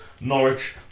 Norwich